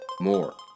More